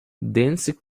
dense